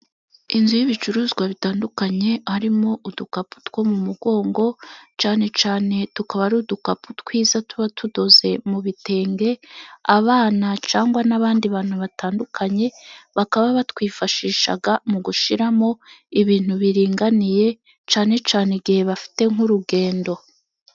Inzu y'ibicuruzwa bitandukanye, harimo udukapu two mu mugongo, cyane cyane tukaba ari udukapu twiza tuba tudoze mu bitenge ,abana cyangwa n'abandi bantu batandukanye, bakaba batwifashisha mu gushyiramo ibintu biringaniye, cyane cyane igihe bafite nk'urugendo.